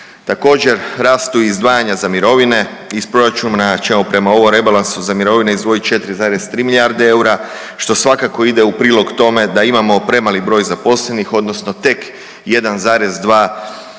Također, rastu izdvajanja za mirovine, iz proračuna ćemo prema ovom rebalansu za mirovine izdvojiti 4,3 milijarde eura, što svakako ide u prilog tome da imamo premali broj zaposlenih odnosno tek 1,2 zaposlena